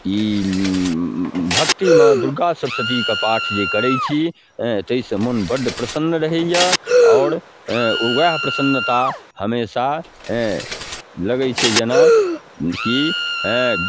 ई भक्तिमे दुर्गा सप्तशतीमेके पाठ जे करै छी हेँ ताहिसँ मोन बड़ प्रसन्न रहैए आओर वएह प्रसन्नता हमेशा हेँ लगै छै जेनाकि हेँ